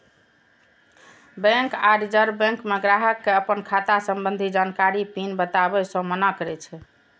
bank आ reserve bank तें ग्राहक कें अपन खाता संबंधी जानकारी, पिन बताबै सं मना करै छै